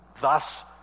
Thus